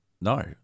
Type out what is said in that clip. no